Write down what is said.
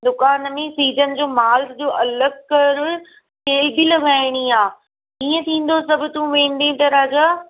दुकान में सिजन जो मालु सॼो अलॻि करणु सेल बि लॻाइणी आहे कीअं थीदो सभु तूं वेंदे त राजा